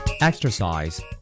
Exercise